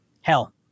hell